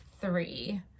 three